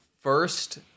First